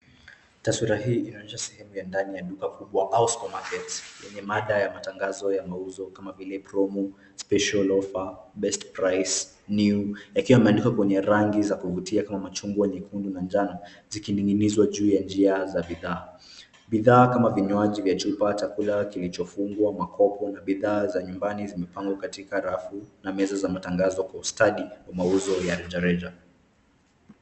Taswira hii inaonyesha sehemu ya ndani ya duka kubwa au supermarket yenye mada ya matangazo ya mauzo kama vile promo, special offer, best price, new yakiwa yameandikwa kwenye rangi za kuvutia kama machungwa, nyekundu na njano zikining'inizwa juu ya njia za bidhaa. Bidhaa kama vinywaji vya chupa, chakula kilichofungwa, makovu na bidhaa za nyumbani zimepangwa katika rafu na meza za matangazo kwa ustadi wa mauzo ya rejareja.